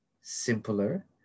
simpler